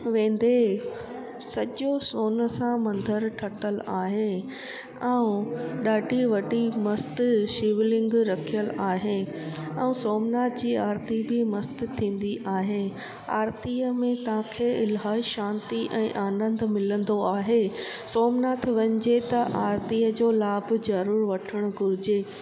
वेंदे सॼो सोन सां मंदरु ठहियलु आहे ऐं ॾाढी वॾी मस्तु शिवलिंग रखियल आहे ऐं सोमनाथ जी आरती बि मस्तु थींदी आहे आरतीअ में तव्हांखे इलाही शांती ऐं आनंदु मिलंदो आहे सोमनाथ वञे त आरतीअ जो लाभ ज़रूरु वठण घुरिजे